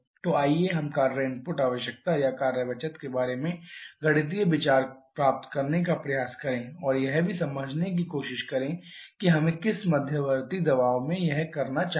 तो आइए हम कार्य इनपुट आवश्यकता या कार्य बचत के बारे में गणितीय विचार प्राप्त करने का प्रयास करें और यह भी समझने की कोशिश करें कि हमें किस मध्यवर्ती दबाव में यह करना चाहिए